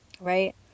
Right